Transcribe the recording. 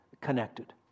connected